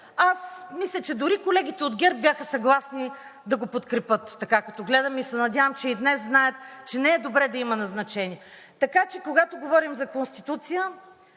Аз мисля, че дори колегите от ГЕРБ бяха съгласни да го подкрепят, така като гледам, и се надявам, че и днес знаят, че не е добре да има назначения. Така че, когато говорим за Конституция,